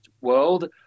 world